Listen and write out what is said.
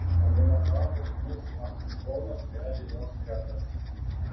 aminadabo sūnus nachšonas vedė jos gretas